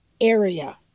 area